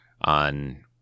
on—